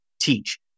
teach